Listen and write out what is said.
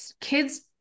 kids